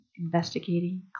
Investigating